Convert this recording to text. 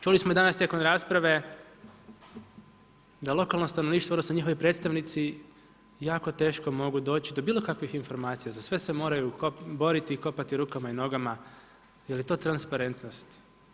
Čuli smo danas tijekom rasprave da lokalno stanovništvo, odnosno njihovi predstavnici jako teško mogu doći do bilo kakvih informacija, za sve se moraju boriti i kopati rukama i nogama, je li to transparentnost?